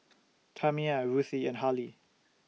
Tamia Ruthie and Harlie